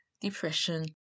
depression